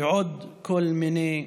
ועוד כל מיני סמינרים.